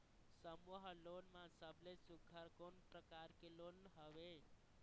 समूह लोन मा सबले सुघ्घर कोन प्रकार के लोन हवेए?